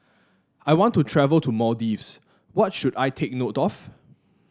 I want to travel to Maldives what should I take note of